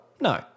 no